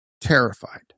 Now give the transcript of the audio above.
terrified